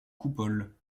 coupole